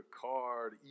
card